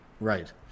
Right